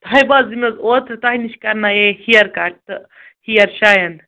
طیبہ یِم حظ اوترٕ تۄہہِ نِش کَرنایے ہِیر کَٹ تہٕ ہِیر شایَن